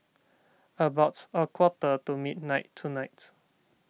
about a quarter to midnight tonight